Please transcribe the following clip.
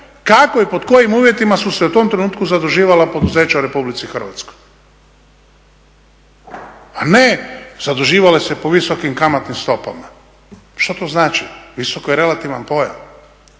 kako i pod kojim uvjetima su se u tom trenutku zaduživala poduzeća u Republici Hrvatskoj. A ne zaduživale se po visokom kamatnim stopama. Što to znači? Visoko je relativan pojam.